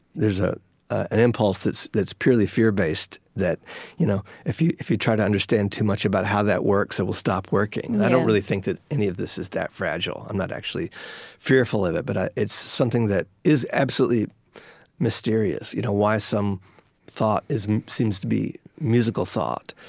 there's ah an impulse that's that's purely fear-based that you know if you if you try to understand too much about how that works, it will stop working. and i don't really think that any of this is that fragile. i'm not actually fearful of it. but it's something that is absolutely mysterious you know why some thought seems to be musical thought.